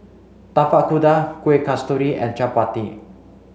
Tapak Kuda Kuih Kasturi and Chappati